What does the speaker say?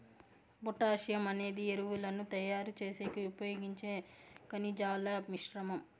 potassium అనేది ఎరువులను తయారు చేసేకి ఉపయోగించే ఖనిజాల మిశ్రమం